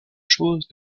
chose